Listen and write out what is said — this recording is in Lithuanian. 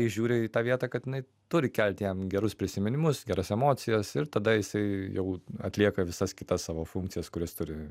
žiūri į tą vietą kad jinai turi kelti jam gerus prisiminimus geras emocijas ir tada jisai jau atlieka visas kitas savo funkcijas kurias turi